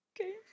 Okay